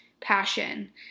passion